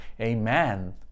Amen